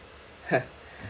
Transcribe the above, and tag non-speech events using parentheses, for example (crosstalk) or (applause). (laughs)